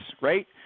right